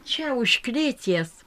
čia už klėties